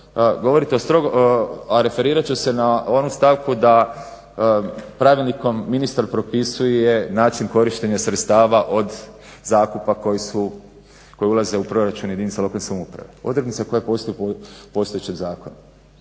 je bilo dobro, a referirat ću se na onu stavku da pravilnikom ministar propisuje način korištenja sredstava od zakupa koji ulaze u proračun jedinica lokalne samouprave. Odrednica koja postoji po